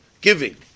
giving